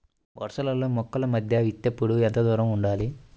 వరసలలో మొక్కల మధ్య విత్తేప్పుడు ఎంతదూరం ఉండాలి?